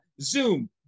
Zoom